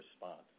response